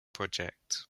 project